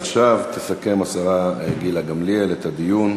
עכשיו תסכם השרה גילה גמליאל את הדיון.